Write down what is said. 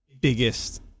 biggest